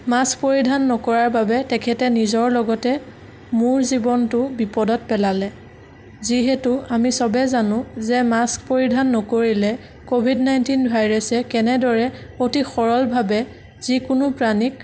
ল্মাক্স পৰিধান নকৰাৰ বাবে তেখেতে নিজৰ লগতে মোৰ জীৱনটোও বিপদত পেলালে যিহেতু আমি চবেই জানো যে মাস্ক পৰিধান নকৰিলে কভিদ নাইণ্টিন ভাইৰাছে কেনেদৰে অতি সৰলভাৱে যিকোনো প্ৰাণীক